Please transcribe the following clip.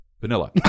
Vanilla